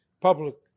public